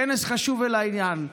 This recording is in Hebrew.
כנס חשוב ולעניין,